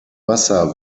wasser